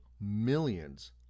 Millions